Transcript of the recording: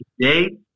today